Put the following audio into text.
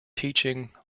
teaching